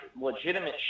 legitimate